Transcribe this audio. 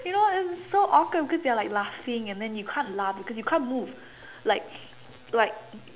you know what it's like so awkward because they're like laughing and then you can't laugh because you can't move